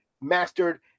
mastered